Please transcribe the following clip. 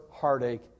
heartache